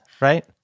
right